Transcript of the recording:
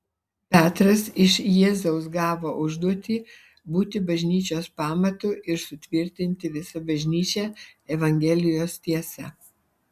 petras iš jėzaus gavo užduotį būti bažnyčios pamatu ir sutvirtinti visą bažnyčią evangelijos tiesa